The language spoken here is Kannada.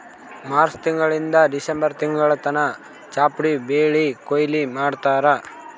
ಮಾರ್ಚ್ ತಿಂಗಳಿಂದ್ ಡಿಸೆಂಬರ್ ತಿಂಗಳ್ ತನ ಚಾಪುಡಿ ಬೆಳಿ ಕೊಯ್ಲಿ ಮಾಡ್ತಾರ್